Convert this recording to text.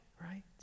right